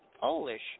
Polish